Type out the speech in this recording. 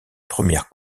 première